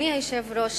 אדוני היושב-ראש,